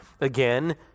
Again